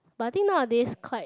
but I think nowadays quite